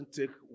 take